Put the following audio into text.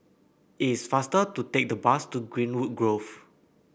it's faster to take the bus to Greenwood Grove